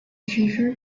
future